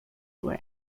were